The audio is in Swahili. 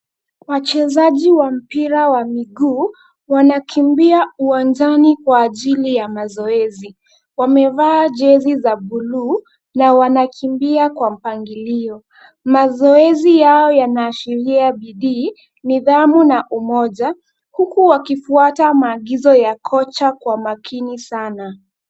Wachezaji wa mpira wa miguu wanakimbia uwanjani kwa ajili ya mazoezi. Wamevaa jezi za buluu na wanakimbia kwa mpangilio. Mazoezi yao yana ashiria bidii, nidhamu na umoja, huku wakifuata maagizo ya kocha kwa makini sana.